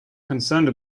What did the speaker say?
concerned